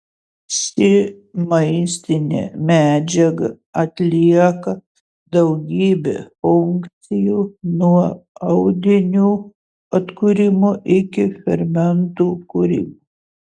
ši maistinė medžiaga atlieka daugybę funkcijų nuo audinių atkūrimo iki fermentų kūrimo